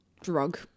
drug